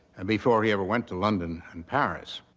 and before he ever went to london and paris.